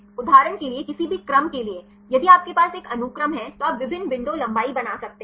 उदाहरण के लिए किसी भी क्रम के लिए यदि आपके पास एक अनुक्रम है तो आप विभिन्न विंडो लंबाई बना सकते हैं